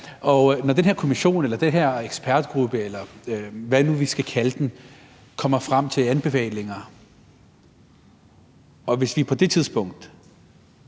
når den her kommission eller den her ekspertgruppe, eller hvad vi nu skal kalde den, kommer frem til anbefalinger, og vi på det tidspunkt